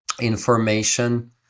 information